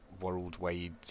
worldwide